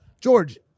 George